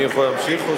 אני יכול להמשיך או,